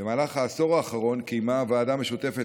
במהלך העשור האחרון קיימה הוועדה המשותפת